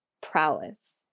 prowess